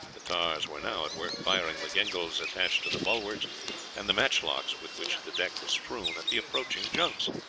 the tars were now at work firing the gingals attached to the bulwarks and the matchlocks with which the deck was strewn, at the approaching junks.